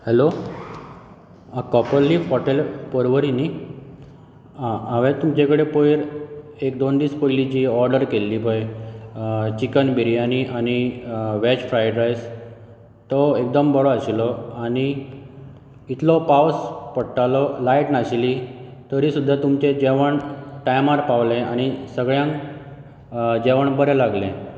hello copper leaf hotel Porvori न्ही हांवें तुमचे कडेन पयर एक दोन दीस पयलीं जी ऑर्डर केल्ली पळय चिकन बिरयानी आनी वॅज फ्रायड रायस तो एकदम बरो आशिल्लो आनी इतलो पावस पडटालो लायट नाशिल्ली तरी सुद्दां तुमचें जेवण टायमार पावलें आनी सगळ्यांक जेवण बरें लागलें